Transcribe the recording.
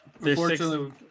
Unfortunately